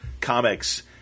comics